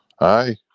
Aye